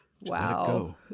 Wow